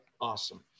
Awesome